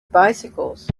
bicycles